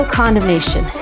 condemnation